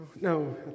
No